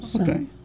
Okay